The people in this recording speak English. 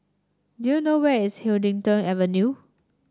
do you know where is Huddington Avenue